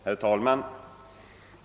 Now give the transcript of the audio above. Herr talman!